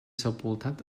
sepultat